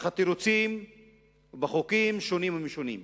תחת תירוצים ובחוקים שונים ומשונים.